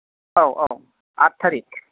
औ औ आट टारिख